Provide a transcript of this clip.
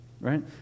right